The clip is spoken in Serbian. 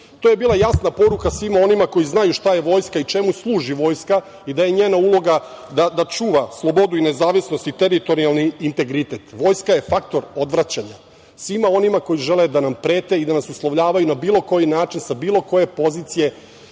To je bila jasna poruka svima onima koji znaju šta je Vojska i čemu služi Vojska i da je njena uloga da čuva slobodu i nezavisnost i teritorijalnih integritet. Vojska je faktor odvraćanja svima onima koji žele da nam prete i da nas uslovljavaju na bilo koji način, sa bilo koje pozicije